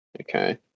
Okay